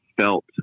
felt